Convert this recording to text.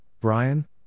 Brian